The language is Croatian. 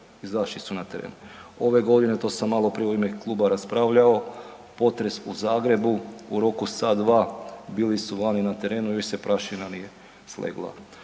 izašli su na teren. Ove godine, to sam maloprije u ime kluba raspravljao, potres u Zagrebu, u roku sat dva bili su vani na terenu i još se prašina nije slegla.